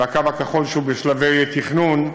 והקו הכחול, שהוא בשלבי תכנון,